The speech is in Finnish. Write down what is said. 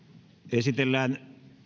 esitellään